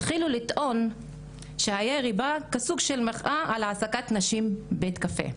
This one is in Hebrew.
התחילו לטעון שהירי בא כסוג של מחאה על העסקת נשים בבית קפה,